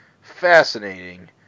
fascinating